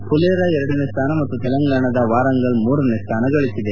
ಫುಲೆರಾ ಎರಡನೇ ಸ್ಥಾನ ಮತ್ತು ಕೆಲಂಗಾಣದ ವಾರಂಗಲ್ ಮೂರನೇ ಸ್ಥಾನ ಗಳಿಸಿದೆ